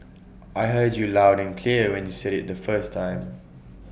I heard you loud and clear when you said IT the first time